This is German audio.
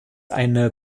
eine